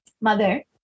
mother